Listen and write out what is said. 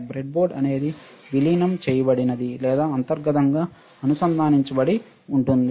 breadboard అనేది విలీనం చేయబడింది లేదా అంతర్గతంగా అనుసంధానించబడి ఉంది